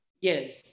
Yes